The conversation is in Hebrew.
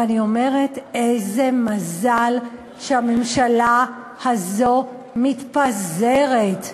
ואני אומרת: איזה מזל שהממשלה הזאת מתפזרת.